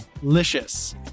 delicious